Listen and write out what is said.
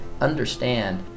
understand